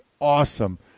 awesome